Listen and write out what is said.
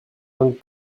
and